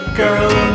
girl